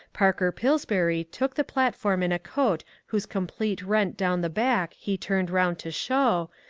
parker pillsbury took the platform in a coat whose complete rent down the back he turned round to show,